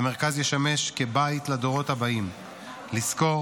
המרכז ישמש כבית לדורות הבאים לזכור,